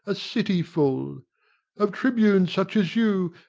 a city full of tribunes such as you,